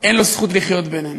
אין לו זכות לחיות בינינו.